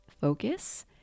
focus